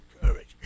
courage